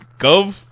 Gov